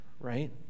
Right